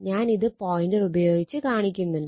ഞാൻ ഇത് പോയിന്റർ ഉപയോഗിച്ച് കാണിക്കുന്നുണ്ട്